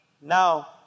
Now